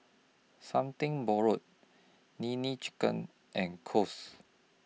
Something Borrowed Nene Chicken and Kose